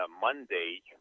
Monday